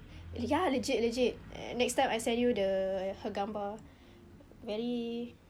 ya legit legit uh next time I send you the her gambar very